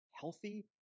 healthy